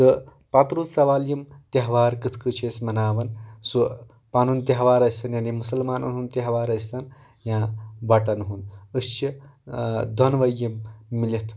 تہٕ پَتہٕ روٗد سَوال یِم تہوار کٕتھ کٔنۍ چھ أسۍ مناوان سُہ پَنُن تہوار ٲسِن یا مُسلمانَن ہُنٛد تہوار ٲسۍ تَن یا بَٹن ہُنٛد أسۍ چھِ دۄنوَے یِم مِلِتھ